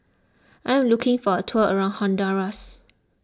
I am looking for a tour around Honduras